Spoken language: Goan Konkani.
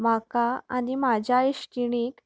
म्हाका आनी म्हाज्या इश्टिणीक